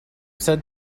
said